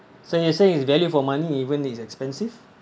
so you're saying it's value for money even it's expensive